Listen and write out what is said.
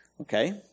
Okay